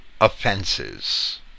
offenses